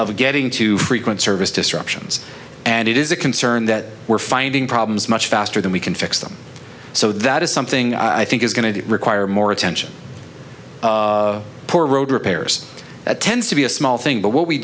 of getting too frequent service disruptions and it is a concern that we're finding problems much faster than we can fix them so that is something i think is going to require more attention poor road repairs that tends to be a small thing but what we